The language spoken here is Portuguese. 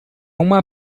uma